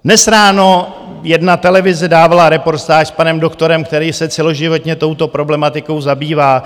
Dnes ráno jedna televize dávala reportáž s panem doktorem, který se celoživotně touto problematikou zabývá.